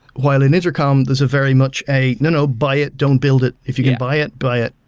while in intercom, there's a very much a, no. no. buy it. don't build it. if you can buy it, buy it.